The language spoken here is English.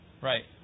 Right